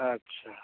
अच्छा